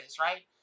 right